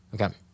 Okay